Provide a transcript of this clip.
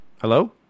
Hello